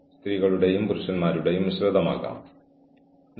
office romance കൈകാര്യം ചെയ്യുന്നത് മറ്റൊന്നാണ്